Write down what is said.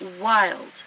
wild